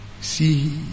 See